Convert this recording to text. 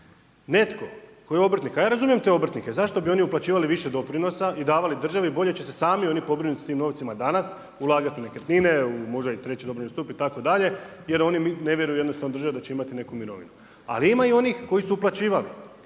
Netko koji je obrtnik, a ja razumijem te obrtnike, zašto bi oni uplaćivali više doprinosa i davali državi, bolje će se sami oni pobrinuti sa tim novcima danas, ulagati u nekretnine, možda i u treći dobrovoljni stup itd., jer oni ne vjeruju jednostavno državi da će imati neku mirovinu. Ali ima i onih koji su uplaćivali.